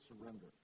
surrender